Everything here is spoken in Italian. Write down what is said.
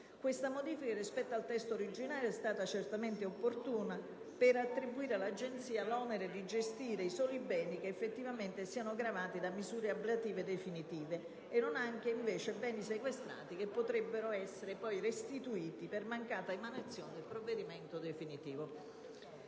Questa modifica, rispetto al testo originario, è stata certamente opportuna affinché all'Agenzia sia attribuito l'onere di gestire i soli beni che effettivamente siano gravati da misure ablative definitive e non anche, invece, beni sequestrati che potrebbero essere poi restituiti per mancata emanazione del provvedimento definitivo.